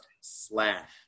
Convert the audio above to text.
Slash